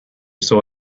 saw